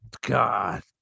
God